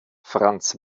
franz